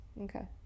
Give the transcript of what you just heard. Okay